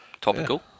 Topical